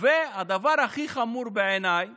והדבר הכי חמור בעיניי